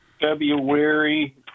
February